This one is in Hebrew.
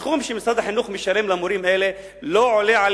הסכום שמשרד החינוך משלם למורים האלה לא עולה על